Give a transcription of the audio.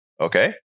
Okay